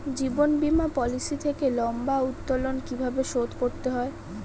জীবন বীমা পলিসি থেকে লম্বা উত্তোলন কিভাবে শোধ করতে হয়?